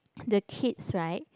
the kids right